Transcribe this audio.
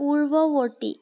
পূৰ্ৱবৰ্তী